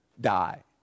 die